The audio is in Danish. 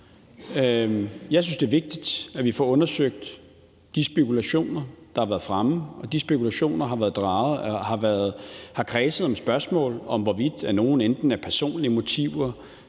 Jeg synes, det er vigtigt, at vi får undersøgt de spekulationer, der har været fremme. De spekulationer har kredset om spørgsmålet om, hvorvidt nogen – enten ud fra personlige motiver